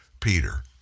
Peter